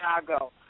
Chicago